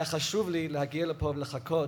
היה חשוב לי להגיע לפה ולחכות,